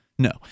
No